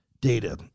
data